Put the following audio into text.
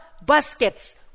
baskets